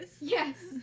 Yes